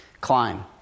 climb